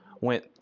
went